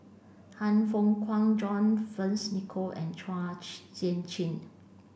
Han Fook Kwang John Fearns Nicoll and Sian Chin